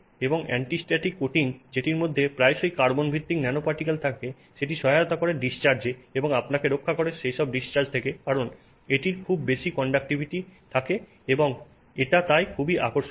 এবং anti static coating যেটির মধ্যে প্রায়শই কার্বন ভিত্তিক ন্যানোপার্টিকেল থাকে সেটি সহায়তা করে ডিশচার্জে এবং আপনাকে রক্ষা করে সেই ডিসচার্জ থেকে কারণ এটির খুব বেশি কন্ডাক্টিভিটি থাকে এবং এটা তাই খুব আকর্ষণীয়